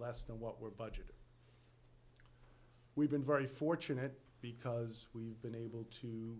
less than what we're budgeting we've been very fortunate because we've been able to